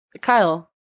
Kyle